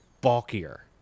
bulkier